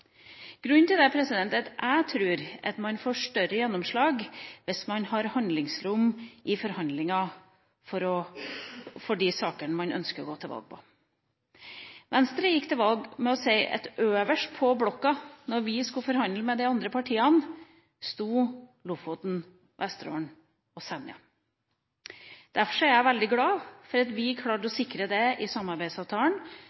Grunnen til det er at jeg tror man får større gjennomslag hvis man har handlingsrom i forhandlinger om de sakene man ønsker å gå til valg på. Venstre gikk til valg på å si at øverst på blokka, da vi skulle forhandle med de andre partiene, sto Lofoten, Vesterålen og Senja. Derfor er jeg veldig glad for at vi klarte å